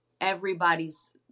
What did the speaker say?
everybody's